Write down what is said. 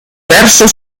verso